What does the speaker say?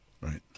Right